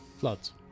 floods